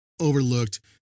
overlooked